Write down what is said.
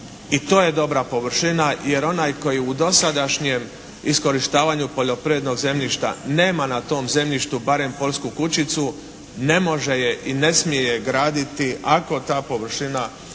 i to je dobra površina, jer onaj koji u dosadašnjem iskorištavanju poljoprivrednog zemljišta nema na tom zemljištu barem poljsku kućicu ne može je i ne smije je graditi ako ta površina nije